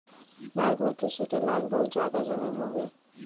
भारत में कृषि के लायक बहुत जादा जमीन हउवे